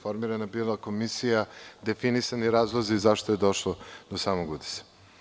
Formirana je bila komisija, definisani razlozi zašto je došlo do samog udesa.